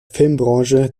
filmbranche